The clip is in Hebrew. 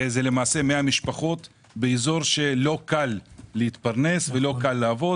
למעשה זה 100 משפחות באזור שלא קל להתפרנס ולא קל לעבוד.